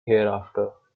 hereafter